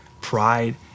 pride